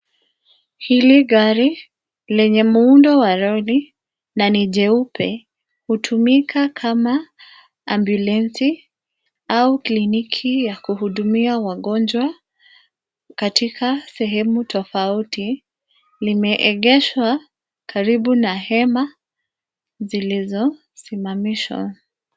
Hili gari lenye muundo wa lori na ni jeupe hutumika kama ambulensi au kliniki ya kuhudumia wagonjwa katika sehemu tofauti. Limeegeshwa karibu na hema zilizo simamishwa.